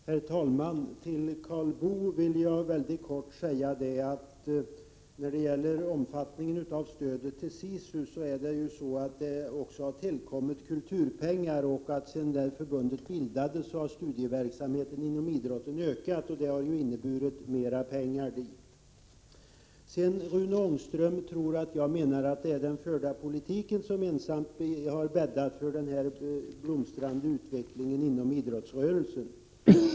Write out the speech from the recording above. Herr talman! Till Karl Boo vill jag beträffande omfattningen av stödet till SISU helt kort säga att det också har tillkommit kulturpengar. Sedan förbundet bildades har studieverksamheten inom idrotten ökat, och det har inneburit att det kommit mer pengar dit. Rune Ångström tror att jag anser att det är den förda politiken som ensam har bäddat för den blomstrande utvecklingen inom idrottsrörelsen.